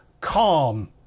calm